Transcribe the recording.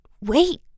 Wait